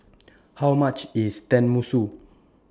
How much IS Tenmusu